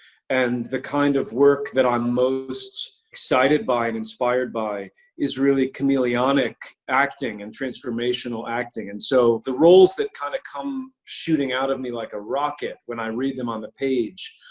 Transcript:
and the kind of work that i'm most excited by and inspired by is really chameleonic acting and transformational acting, and so the roles that kinda come shooting out at me like a rocket when i read them on the page,